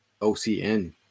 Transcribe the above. OCN